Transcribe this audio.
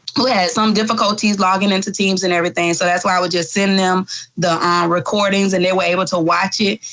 yeah some difficulties logging into teams and everything, so that's why i would just send them the recordings and they were able to watch it.